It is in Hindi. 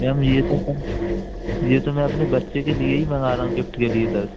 मैम ये तो मैं ये तो मैं अपने बच्चे के लिए ही मंगा रहा हूँ गिफ़्ट के लिए दस